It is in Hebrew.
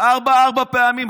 ארבע פעמים.